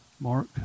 Mark